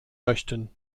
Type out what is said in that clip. möchten